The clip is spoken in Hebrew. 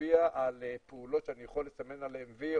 להצביע על פעולות שאני יכול לסמן עליהן "וי",